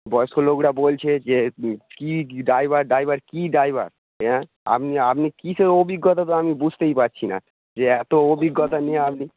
বয়স্ক লোকরা বলছে যে কী ড্রাইভার ড্রাইভার কী ড্রাইভার হ্যাঁ আপনি আপনি কীসের অভিজ্ঞতা তো আমি তো বুঝতেই পারছি না যে এত অভিজ্ঞতা নিয়ে আপনি